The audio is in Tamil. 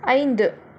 ஐந்து